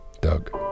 Doug